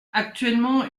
actuellement